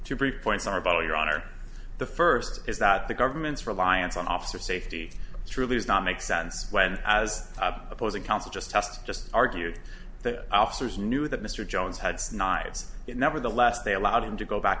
two brief points are above your honor the first is that the government's reliance on officer safety truly does not make sense when as opposing counsel just just just argued the officers knew that mr jones had snide nevertheless they allowed him to go back